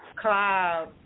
cloud